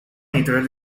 editorial